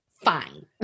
Fine